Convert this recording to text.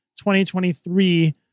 2023